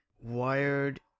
wired